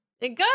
Good